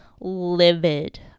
livid